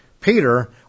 Peter